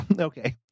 Okay